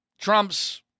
Trump's